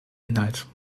inhalt